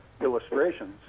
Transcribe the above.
illustrations